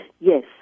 Yes